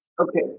Okay